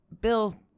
Bill